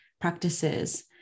practices